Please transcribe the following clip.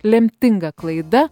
lemtinga klaida